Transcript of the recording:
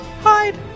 Hide